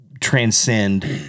transcend